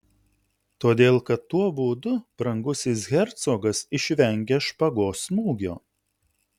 todėl kad tuo būdu brangusis hercogas išvengia špagos smūgio